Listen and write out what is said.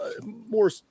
more